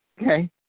Okay